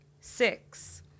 Six